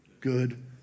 Good